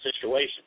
situation